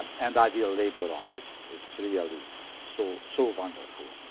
and i will labor on this. it's really so so wonderful.